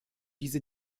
diese